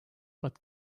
but